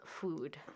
food